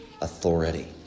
authority